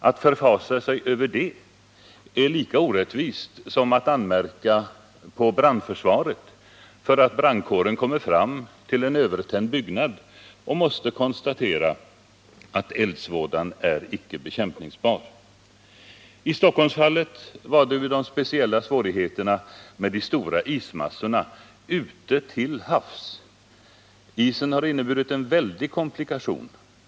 Att förfasa sig över det är lika orättvist som att anmärka på brandförsvaret när brandkåren kommer fram till en övertänd byggnad och måste konstatera att eldsvådan icke är bekämpningsbar. I Stockholmsfallet var de speciella svårigheterna de stora ismassorna ute till havs. Isen har inneburit en väldig komplikation.